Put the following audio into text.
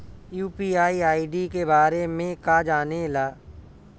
UPI ID के बारे में का जाने ल?